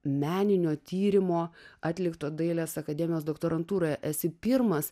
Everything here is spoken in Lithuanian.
meninio tyrimo atlikto dailės akademijos doktorantūroje esi pirmas